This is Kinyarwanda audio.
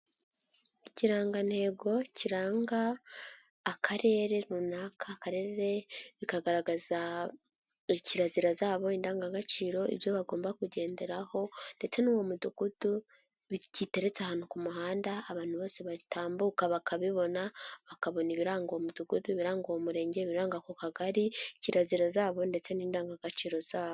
Ikirangantego kiranga akarere runaka, akarere bikagaragaza kirazira zabo, indangagaciro ibyo bagomba kugenderaho ndetse no mu mudugudu giteretse ahantu ku muhanda abantu bose batambuka bakabibona bakabona ibiranga uwo mudugudu ibiranga uwo murenge, ibiranga ako kagari, kirazira zabo ndetse n'indangagaciro zabo.